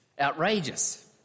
outrageous